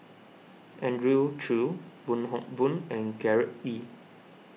Andrew Chew Wong Hock Boon and Gerard Ee